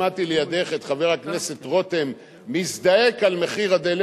שמעתי לידך את חבר הכנסת רותם מזדעק על מחיר הדלק.